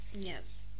yes